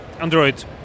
Android